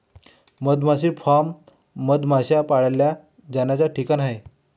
मधमाशी फार्म मधमाश्या पाळल्या जाण्याचा ठिकाण आहे